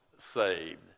saved